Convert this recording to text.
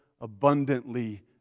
abundantly